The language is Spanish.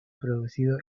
producido